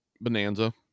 bonanza